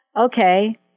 Okay